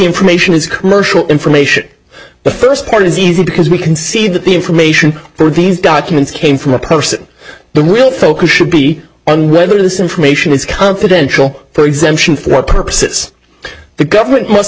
information is kershaw information the first part is easy because we can see that the information for these documents came from a person the real focus should be on whether this information is confidential for exemption for purposes the government must